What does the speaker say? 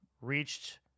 reached